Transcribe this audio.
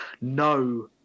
no-